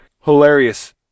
Hilarious